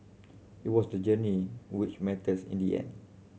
it was the journey which matters in the end